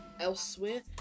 elsewhere